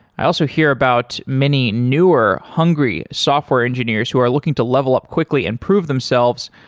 i also hear about many newer, hungry software engineers who are looking to level up quickly and prove themselves